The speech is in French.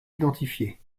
identifier